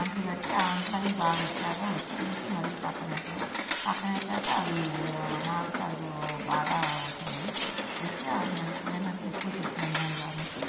అంట్లు కట్టి అంట్లు అన్నీ బాగా వచ్చాక తీసి మళ్ళీ పక్కన వేసాం పక్కన వేసాక అవి మామిడికాయలు బాగా వచ్చినాయి వస్తే అక్కడ ఇప్పుడు ఏంటంటే ఎక్కువ చెట్లు అయినాయి కాబట్టి